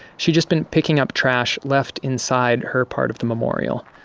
she'd just been picking up trash left inside her part of the memorial.